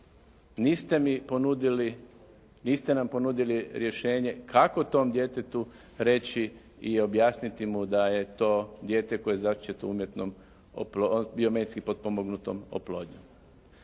niste nam ponudili rješenje kako tom djetetu reći i objasniti mu da je to dijete koje je začeto umjetnom oplodnjom,